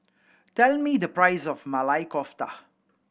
tell me the price of Maili Kofta